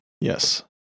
yes